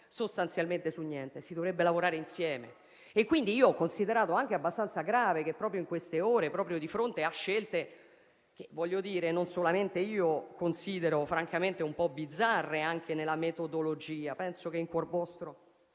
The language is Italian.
sostanzialmente su niente, si dovrebbe lavorare insieme. Ho considerato anche abbastanza grave che proprio in queste ore e in questi giorni, di fronte a scelte che non solamente io considero francamente un po' bizzarre, anche nella metodologia (penso che in cuor vostro